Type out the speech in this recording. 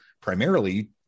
primarily